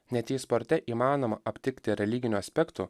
net jei sporte įmanoma aptikti religinių aspektų